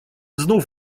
znów